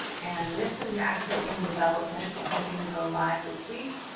and this is actually in development. we're hoping to go live this week.